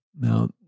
Now